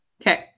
Okay